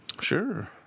Sure